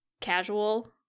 casual